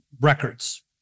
records